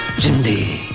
chindi